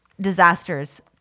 disasters